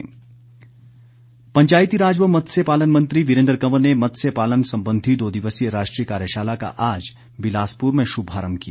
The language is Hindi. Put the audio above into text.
वीरेन्द्र कंवर पंचायतीराज व मत्स्य पालन मंत्री वीरेन्द्र कंवर ने मत्स्य पालन संबधी दो दिवसीय राष्ट्रीय कार्यशाला का आज बिलासपुर में शुभारंभ किया